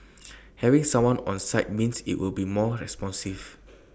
having someone on site means IT will be more responsive